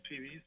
TVs